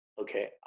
okay